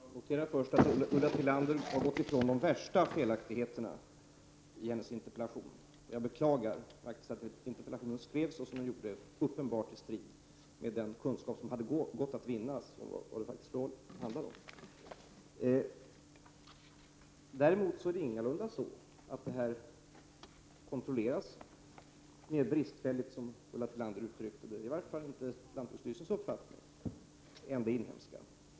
Fru talman! Jag noterar först att Ulla Tillander har gått ifrån de värsta felaktigheterna i interpellationen. Jag beklagar att den skrevs i uppenbar strid mot den kunskap som hade gått att få. Det är ingalunda så att importerat rågvete kontrolleras mer bristfälligt än det inhemska, som Ulla Tillander uttryckte det, i varje fall inte enligt lantbruksstyrelsens uppfattning.